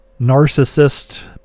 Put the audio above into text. narcissist